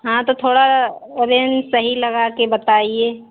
हाँ तो थोड़ा रेंज सही लगा के बताइए